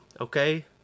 okay